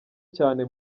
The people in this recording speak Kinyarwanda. cyane